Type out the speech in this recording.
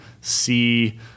see